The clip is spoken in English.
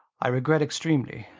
i regret extremely.